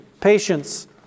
patience